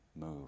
move